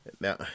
Now